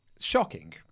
Shocking